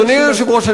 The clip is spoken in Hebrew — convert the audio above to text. אדוני היושב-ראש,